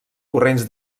corrents